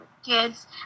Kids